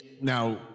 Now